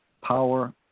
power